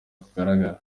kugaragara